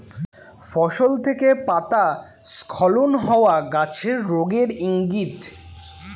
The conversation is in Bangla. ফসল থেকে পাতা স্খলন হওয়া গাছের রোগের ইংগিত